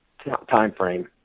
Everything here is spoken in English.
timeframe